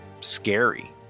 scary